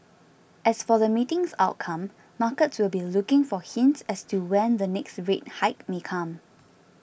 as for the meeting's outcome markets will be looking for hints as to when the next rate hike may come